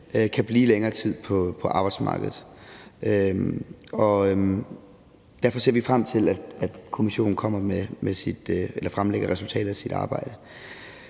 kan blive længere tid på arbejdsmarkedet, og derfor ser vi frem til, at kommissionen fremlægger resultatet af sit arbejde.